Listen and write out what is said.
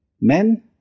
Men